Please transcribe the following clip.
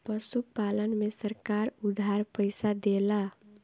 पशुपालन में सरकार उधार पइसा देला?